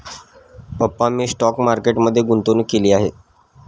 पप्पा मी stock market मध्ये गुंतवणूक केली आहे